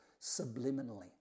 subliminally